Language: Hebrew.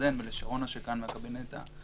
ירדן קוגן ושרונה שיר זבלודובסקי מן הקבינט האזרחי.